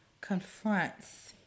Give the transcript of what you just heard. confronts